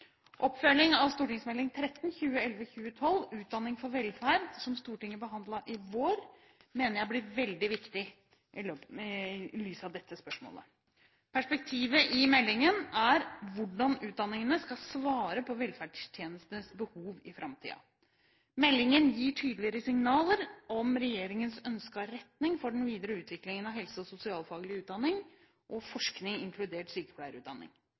av Meld. St. 13 for 2011–2012, Utdanning for velferd, som Stortinget behandlet i vår, mener jeg blir veldig viktig i lys av dette spørsmålet. Perspektivet i meldingen er hvordan utdanningene skal svare på velferdstjenestenes behov i framtiden. Meldingen gir tydelige signaler om regjeringens ønskede retning for den videre utviklingen av helse- og sosialfaglig utdanning og forskning, inkludert sykepleierutdanning.